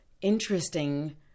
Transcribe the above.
interesting